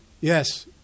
Yes